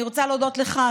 אני רוצה להודות לך,